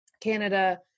Canada